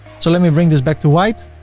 so let me bring this back to white.